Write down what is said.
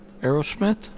Aerosmith